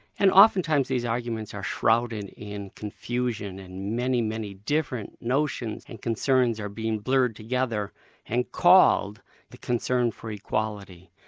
and oftentimes these arguments are shrouded in confusion, in and many, many different notions and concerns are being blurred together and called the concern for equality.